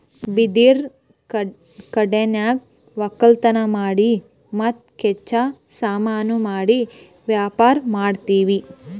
ಬಿದಿರಿನ್ ಕಾಡನ್ಯಾಗ್ ವಕ್ಕಲತನ್ ಮಾಡಿ ಮತ್ತ್ ಕಚ್ಚಾ ಸಾಮಾನು ಮಾಡಿ ವ್ಯಾಪಾರ್ ಮಾಡ್ತೀವಿ